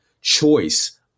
choice